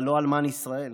אבל לא אלמן ישראל,